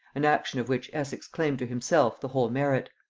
an action of which essex claimed to himself the whole merit.